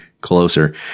closer